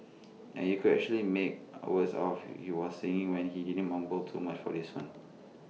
and you could actually make always off he was singing when he didn't mumble too much for this one